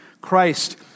Christ